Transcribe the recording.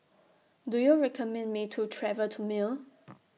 Do YOU recommend Me to travel to Male